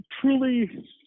truly